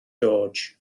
george